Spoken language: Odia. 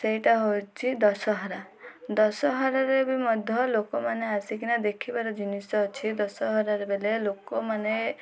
ସେଇଟା ହେଉଛି ଦଶହରା ଦଶହରାରେ ବି ମଧ୍ୟ ଲୋକମାନେ ଆସିକିନା ଦେଖିବାର ଜିନିଷ ଅଛି ଦଶହରାରେ ବେଳେ ଲୋକମାନେ